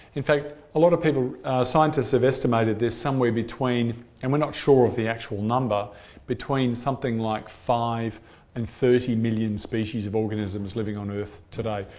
in fact, a lot of people scientists have estimated there's somewhere between and we're not sure of the actual number between something like five and thirty million species of organisms living on earth today,